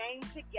together